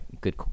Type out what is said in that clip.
good